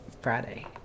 friday